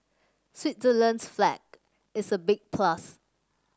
Switzerland's flag is a big plus